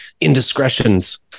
indiscretions